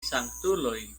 sanktuloj